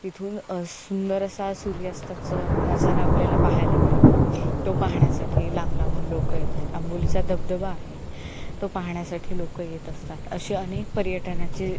तिथून सुंदर असा सूर्यास्ताचं नजारा आपल्याला पाहायला मिळतो तो पाहाण्यासाठी लांब लांबून लोक येतात आंबोलीचा धबधबा आहे तो पाहण्यासाठी लोक येत असतात असे अनेक पर्यटनाचे